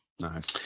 Nice